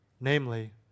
namely